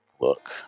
look